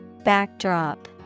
Backdrop